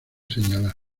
señalar